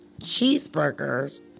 cheeseburgers